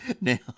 now